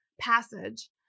passage